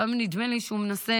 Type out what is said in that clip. לפעמים נדמה לי שהוא מנסה